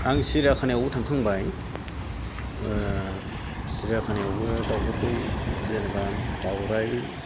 आं सिरियाखानायावबो थांखांबाय सिरियाखानायावबो दाउफोरखौ जेनेबा दाउराइ